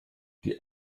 die